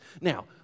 Now